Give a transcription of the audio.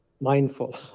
mindful